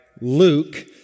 Luke